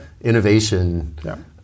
innovation